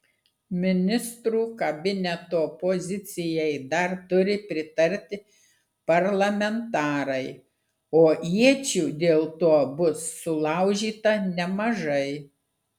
ministrų kabineto pozicijai dar turi pritarti parlamentarai o iečių dėl to bus sulaužyta nemažai